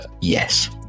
Yes